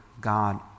god